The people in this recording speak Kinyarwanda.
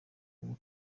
ubu